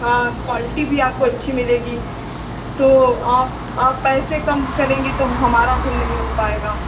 हाँ क्वाल्टी भी आपको अच्छी मिलेगी तो आप आप पैसे काम करेंगी तो हमारा फिर नहीं हो पाएगा